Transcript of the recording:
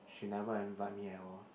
she never invite me at all